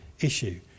issue